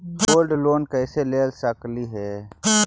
Gold loan कैसे ले सकली हे?